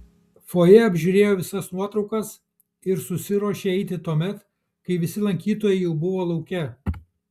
fojė apžiūrėjo visas nuotraukas ir susiruošė eiti tuomet kai visi lankytojai jau buvo lauke